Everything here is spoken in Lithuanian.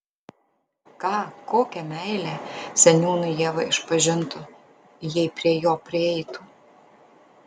ką kokią meilę seniūnui ieva išpažintų jei prie jo prieitų